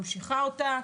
ממשיכה אותה.